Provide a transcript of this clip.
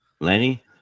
Lenny